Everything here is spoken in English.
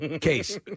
Case